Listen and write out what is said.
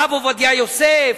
הרב עובדיה יוסף,